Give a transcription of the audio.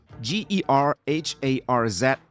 G-E-R-H-A-R-Z